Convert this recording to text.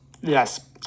yes